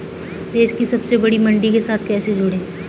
देश की सबसे बड़ी मंडी के साथ कैसे जुड़ें?